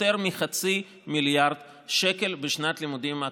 יותר מחצי מיליארד שקל בשנת הלימודים הקרובה.